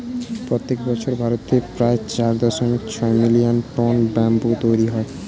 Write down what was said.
প্রত্যেক বছর ভারতে প্রায় চার দশমিক ছয় মিলিয়ন টন ব্যাম্বু তৈরী হয়